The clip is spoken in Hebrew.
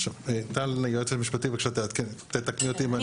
עכשיו, טל היועצת המשפטית בבקשה תעדכן, תקני אותי.